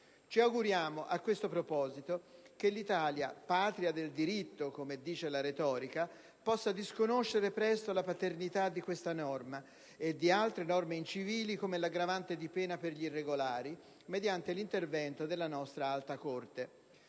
Ci auguriamo, a questo proposito, che l'Italia, "Patria del diritto", come dice la retorica, possa disconoscere presto la paternità di questa norma e di altre norme incivili, come l'aggravante di pena per gli irregolari, mediante l'intervento della nostra Alta Corte.